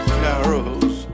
carols